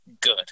good